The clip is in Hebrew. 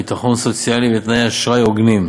ביטחון סוציאלי ותנאי אשראי הוגנים.